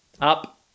Up